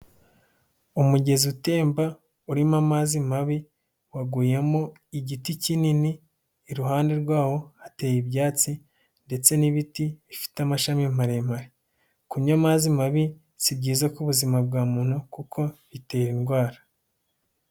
Umugezi utemba, urimo amazi mabi, waguyemo igiti kinini, iruhande rwawo hateye ibyatsi, ndetse n'ibiti bifite amashami maremare. Kunywa amazi mabi, si byiza ku buzima bwa muntu kuko bitera indwara.